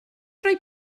roi